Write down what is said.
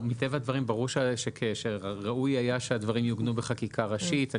מטבע הדברים שראוי היה שהדברים יעוגנו בחקיקה ראשית.